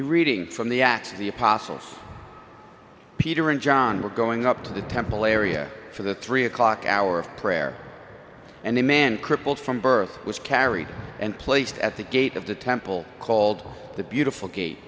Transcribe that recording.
reading from the acts of the apostles peter and john were going up to the temple area for the three o'clock hour of prayer and a man crippled from birth was carried and placed at the gate of the temple called the beautiful gate